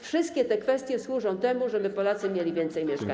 Wszystkie te kwestie służą temu, żeby Polacy mieli więcej mieszkań.